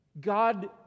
God